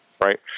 right